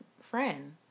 friend